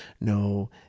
no